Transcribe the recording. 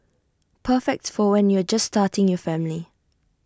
perfect for when you're just starting your family